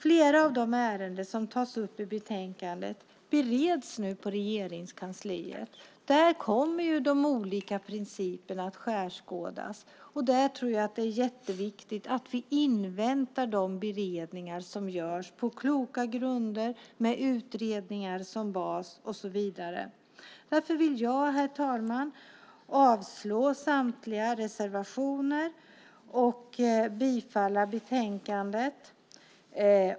Flera av de ärenden som tas upp i betänkandet bereds nu i Regeringskansliet. Där kommer de olika principerna att skärskådas. Jag tror att det är jätteviktigt att vi inväntar de beredningar som görs på kloka grunder med utredningar som bas. Därför yrkar jag avslag på samtliga reservationer och bifall till förslaget i betänkandet.